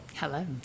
Hello